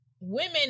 women